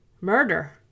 Murder